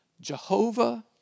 Jehovah